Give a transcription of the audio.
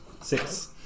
Six